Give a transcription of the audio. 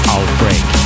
Outbreak